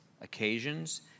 occasions